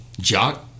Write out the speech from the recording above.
Jock